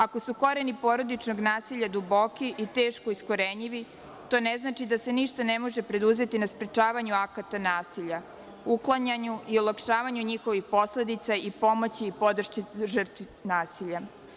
Ako su koreni porodičnog nasilja duboki i teško iskorenjivi, to ne znači dase ništa ne može preduzeti na sprečavanju akata nasilja, uklanjanju i olakšavanju njihovih posledica i pomoći i podršci žrtvi nasilja.